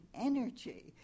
energy